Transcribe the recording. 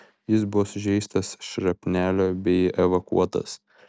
jis buvo sužeistas šrapnelio bei evakuotas